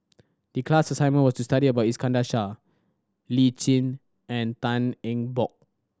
the class assignment was to study about Iskandar Shah Lee Tjin and Tan Eng Bock